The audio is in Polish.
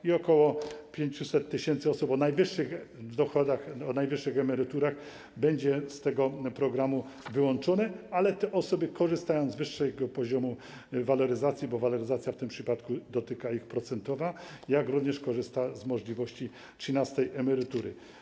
I ok. 500 tys. osób o najwyższych dochodach, o najwyższych emeryturach będzie z tego programu wyłączone, ale te osoby korzystają z wyższego poziomu waloryzacji, bo w tym przypadku dotyka ich waloryzacja procentowa, jak również korzystają z możliwości trzynastej emerytury.